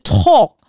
talk